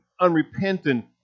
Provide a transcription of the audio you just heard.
unrepentant